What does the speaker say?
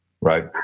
Right